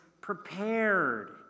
prepared